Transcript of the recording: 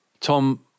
Tom